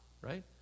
right